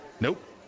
Nope